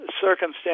circumstance